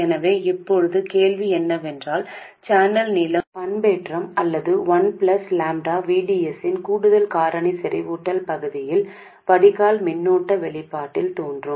எனவே இப்போது கேள்வி என்னவென்றால் சேனல் நீளம் பண்பேற்றம் அல்லது 1 plus lambda V D S இன் கூடுதல் காரணி செறிவூட்டல் பகுதியில் வடிகால் மின்னோட்ட வெளிப்பாட்டில் தோன்றும்